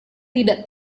tidak